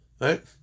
Right